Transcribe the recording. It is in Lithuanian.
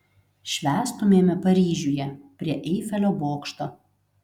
švęstumėme paryžiuje prie eifelio bokšto